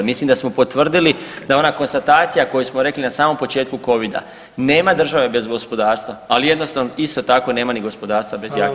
Mislim da smo potvrdili da ona konstatacija koju smo rekli na samom početku Covida, nema države bez gospodarstva, ali jednostavno isto tako nema ni gospodarstva bez [[Upadica: Hvala vam.]] jake države.